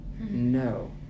no